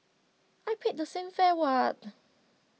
I paid the same fare what